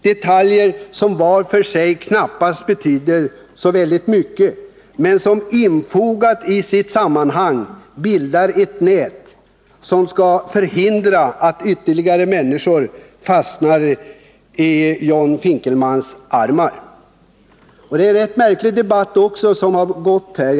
Detaljer som var för sig knappast betyder så mycket, men som infogade i sitt sammanhang bildar ett nät som skall förhindra att ytterligare människor fastnar i John Finkelmans armar. Det är en rätt märklig debatt som förs här.